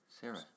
Sarah